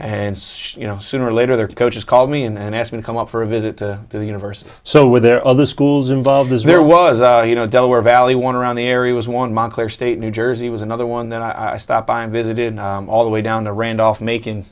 and you know sooner or later their coaches called me and asked me to come up for a visit to the universe so were there other schools involved as there was you know delaware valley one around the area was one montclair state new jersey was another one that i stop by and visited all the way down to randolph macon